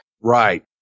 right